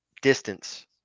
Distance